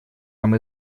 нам